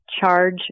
charge